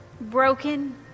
Broken